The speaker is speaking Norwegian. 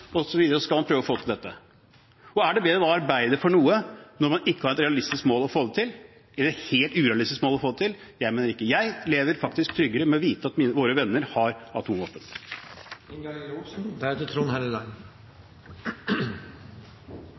skal man prøve å få til dette. Er det bedre å arbeide for noe når det er et helt urealistisk mål å få det til? Jeg mener ikke det. Jeg lever faktisk tryggere med å vite at våre venner har